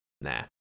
nah